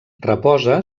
reposa